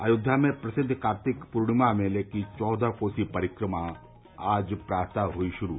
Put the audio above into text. अयोध्या में प्रसिद्ध कार्तिक पूर्णिमा मेले की चौदह कोसी परिक्रमा आज प्रातः हुई शुरू